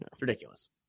Ridiculous